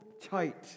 tight